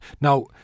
Now